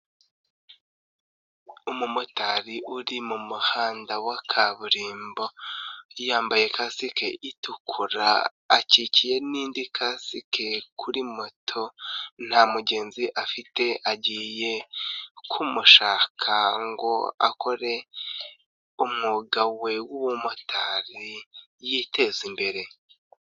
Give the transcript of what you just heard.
Umumotari uri mu muhanda wa kaburimbo yambaye kasike itukura, akikiye n'indi kasike kuri moto, nta mugenzi afite agiye kumushaka ngo akore umwuga we w'ubumotari yiteza imbere.